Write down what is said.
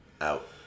out